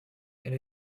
and